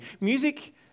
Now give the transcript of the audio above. Music